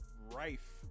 Rife